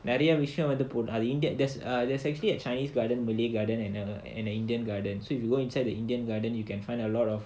நிறைய விஷயம் வந்து:niraiya vishayam vandhu there's a there's actually a chinese garden malay garden another and the indian garden so if you go inside the indian garden you can find a lot of